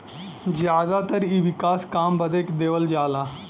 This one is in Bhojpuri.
जादातर इ विकास काम बदे देवल जाला